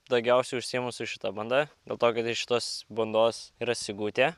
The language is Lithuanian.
daugiausia užsiimu su šita banda dėl to kad iš šitos bandos yra sigutė